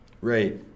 Right